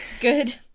Good